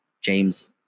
James